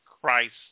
Christ